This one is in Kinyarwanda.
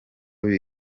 bye